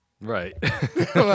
Right